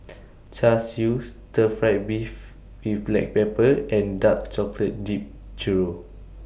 Char Siu Stir Fried Beef with Black Pepper and Dark Chocolate Dipped Churro